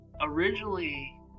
originally